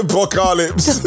Apocalypse